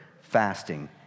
fasting